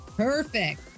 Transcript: Perfect